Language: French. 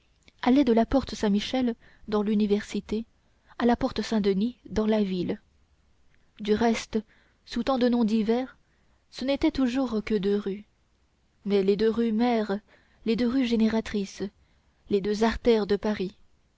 allait de la porte saint-michel dans l'université à la porte saint-denis dans la ville du reste sous tant de noms divers ce n'étaient toujours que deux rues mais les deux rues mères les deux rues génératrices les deux artères de paris